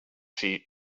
feet